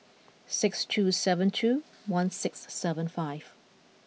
six two seven two one six seven five